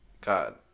God